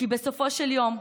כי בסופו של יום,